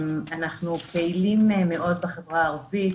אנחנו פעילים מאוד בחברה הערבית,